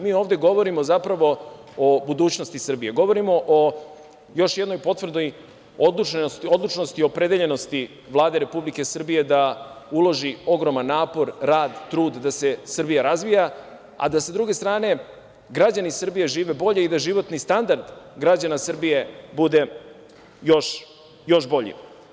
Mi ovde govorimo zapravo o budućnosti Srbije, govorimo o još jednoj potvrdi odlučnosti i opredeljenosti Vlade Republike Srbije da uloži ogroman napor, rad, trud da se Srbija razvija, a da sa druge strane građani Srbije žive bolje i da životni standard građana Srbije bude još bolji.